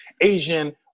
asian